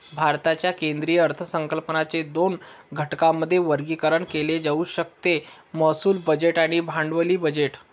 भारताच्या केंद्रीय अर्थसंकल्पाचे दोन घटकांमध्ये वर्गीकरण केले जाऊ शकते महसूल बजेट आणि भांडवली बजेट